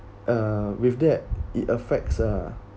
uh with that it affects uh